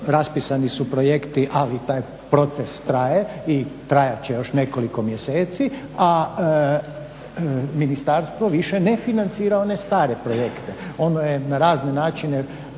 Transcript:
raspisani su projekti ali taj proces traje i trajat će još nekoliko mjeseci, a ministarstvo više ne financira one stare projekte. Ono je na razne načine